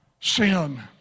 Sin